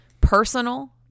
personal